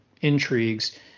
intrigues